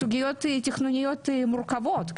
בסוגיות תכנוניות מורכבות.